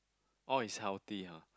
orh it's healthy ah